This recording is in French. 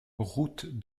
route